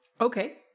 Okay